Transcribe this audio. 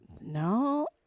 No